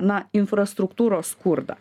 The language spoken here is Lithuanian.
na infrastruktūros skurdą